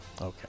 Okay